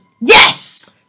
Yes